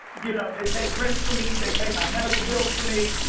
you know, they paid rent for me. they paid my medical bills for me.